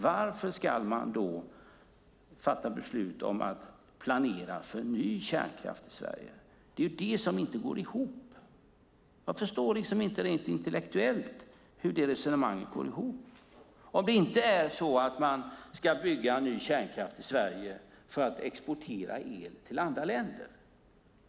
Varför ska man i ett sådant läge fatta beslut om att planera för ny kärnkraft i Sverige? Det är det som inte går ihop. Jag förstår liksom inte rent intellektuellt hur det resonemanget går ihop, om det inte är så att man ska bygga ny kärnkraft i Sverige för att exportera el till andra.